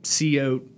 co